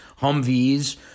Humvees